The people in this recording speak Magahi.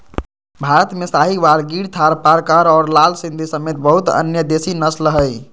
भारत में साहीवाल, गिर थारपारकर और लाल सिंधी समेत बहुते अन्य देसी नस्ल हइ